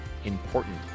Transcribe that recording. important